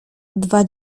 dwa